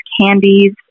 Candies